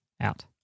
out